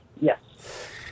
Yes